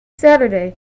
Saturday